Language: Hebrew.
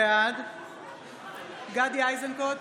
בעד גדי איזנקוט,